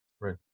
Right